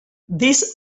these